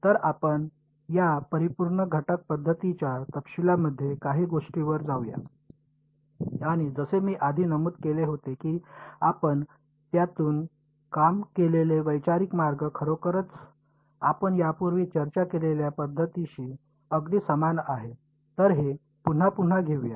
तर आपण या परिपूर्ण घटक पद्धतीच्या तपशीलांमध्ये काही गोष्टींवर जाऊ या आणि जसे मी आधी नमूद केले होते की आपण त्यातून काम केलेले वैचारिक मार्ग खरोखरच आपण यापूर्वी चर्चा केलेल्या पध्दतीशी अगदी समान आहे तर हे पुन्हा पुन्हा घेऊया